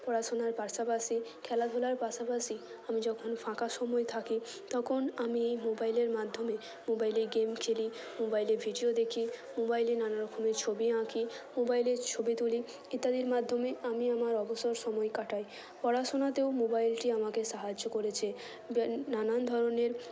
পড়াশোনার পাশাপাশি খেলাধুলার পাশাপাশি আমি যখন ফাঁকা সময় থাকে তখন আমি এই মোবাইলের মাধ্যমে মোবাইলে গেম খেলি মোবাইলে ভিডিও দেখি মোবাইলে নানা রকমের ছবি আঁকি মোবাইলে ছবি তুলি ইত্যাদির মাধ্যমে আমি আমার অবসর সময় কাটাই পড়াশোনাতেও মোবাইলটি আমাকে সাহায্য করেছে নানান ধরনের